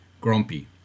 grumpy